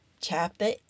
chapter